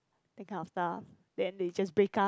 that kind of stuff then they just break up